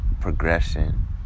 progression